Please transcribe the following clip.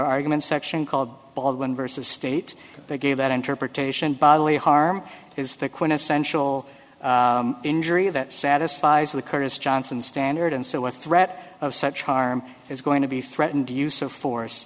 argument section called baldwin versus state they gave that interpretation bodily harm is the quintessential injury that satisfies the curtis johnson standard and so what threat of such harm is going to be threatened use of force